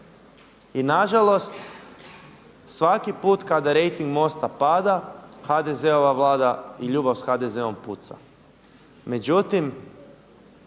I nažalost, svaki put kada rejting MOST-a pada HDZ-ova Vlada i ljubav s HDZ-om puca. Međutim